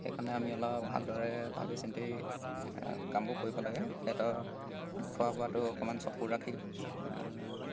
সেইকাৰণে আমি অলপ ভালদৰে ভাবি চিন্তি কামবোৰ কৰিব লাগে সিহঁতৰ খোৱা বোৱাটো অকণমান চকু ৰাখি